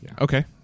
Okay